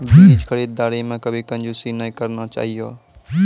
बीज खरीददारी मॅ कभी कंजूसी नाय करना चाहियो